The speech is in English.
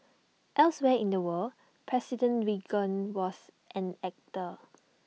elsewhere in the world president Reagan was an actor